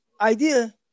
idea